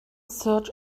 search